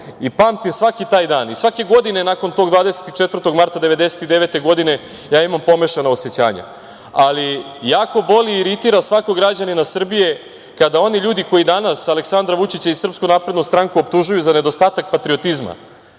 i pamtim svaki taj dan i svake godine nakon tog 24. marta 1999. godine ja imam pomešano osećanje. Jako boli i iritira svakog građanina Srbije kada oni ljudi koji danas Aleksandra Vučića i SNS optužuju za nedostatak patriotizma.